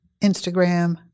Instagram